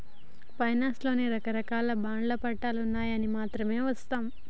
finance లో రకరాకాల బాండ్లు ఉంటాయన్నది మాత్రం వాస్తవం